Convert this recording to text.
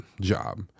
job